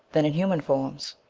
than in human forms.